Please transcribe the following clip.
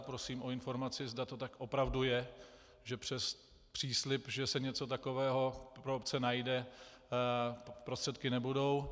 Prosím o informaci, zda to tak opravdu je, že přes příslib, že se něco takového pro obce najde, prostředky nebudou.